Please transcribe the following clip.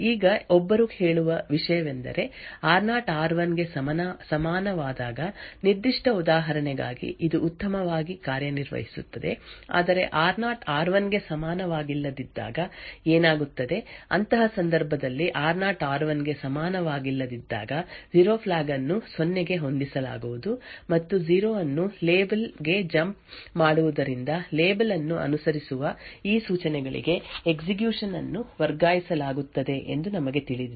ಈಗ ಒಬ್ಬರು ಕೇಳುವ ವಿಷಯವೆಂದರೆ ಆರ್0 ಆರ್1 ಗೆ ಸಮಾನವಾದಾಗ ನಿರ್ದಿಷ್ಟ ಉದಾಹರಣೆಗಾಗಿ ಇದು ಉತ್ತಮವಾಗಿ ಕಾರ್ಯನಿರ್ವಹಿಸುತ್ತದೆ ಆದರೆ ಆರ್0 ಆರ್1 ಗೆ ಸಮಾನವಾಗಿಲ್ಲದಿದ್ದಾಗ ಏನಾಗುತ್ತದೆ ಅಂತಹ ಸಂದರ್ಭದಲ್ಲಿ ಆರ್0 ಆರ್1 ಗೆ ಸಮಾನವಾಗಿಲ್ಲದಿದ್ದಾಗ 0 ಫ್ಲ್ಯಾಗ್ ಅನ್ನು ಸೊನ್ನೆಗೆ ಹೊಂದಿಸಲಾಗುವುದು ಮತ್ತು 0 ಅನ್ನು ಲೇಬಲ್ ಗೆ ಜಂಪ್ ಮಾಡುವುದರಿಂದ ಲೇಬಲ್ ಅನ್ನು ಅನುಸರಿಸುವ ಈ ಸೂಚನೆಗಳಿಗೆ ಎಸ್ಎಕ್ಯುಷನ್ ಅನ್ನು ವರ್ಗಾಯಿಸಲಾಗುತ್ತದೆ ಎಂದು ನಮಗೆ ತಿಳಿದಿದೆ